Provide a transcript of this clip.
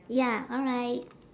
ya alright